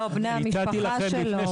לא הוא בני המשפחה שלו.